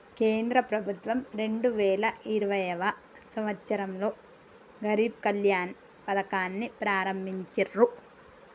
కేంద్ర ప్రభుత్వం రెండు వేల ఇరవైయవ సంవచ్చరంలో గరీబ్ కళ్యాణ్ పథకాన్ని ప్రారంభించిర్రు